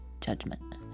judgment